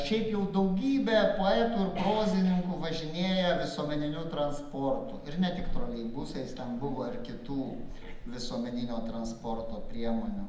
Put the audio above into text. šiaip jau daugybė poetų ir prozininkų važinėja visuomeniniu transportu ir ne tik troleibusais ten buvo ir kitų visuomeninio transporto priemonių